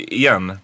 igen